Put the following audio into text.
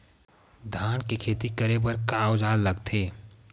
धान के खेती करे बर का औजार लगथे?